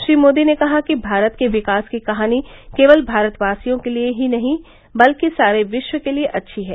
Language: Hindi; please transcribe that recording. श्री मोदी ने कहा कि भारत के विकास की कहानी केवल भारतवासियों के लिए ही नहीं बल्कि सारे विश्व के लिए अच्छी है